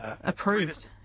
approved